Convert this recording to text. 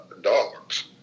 dogs